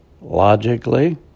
Logically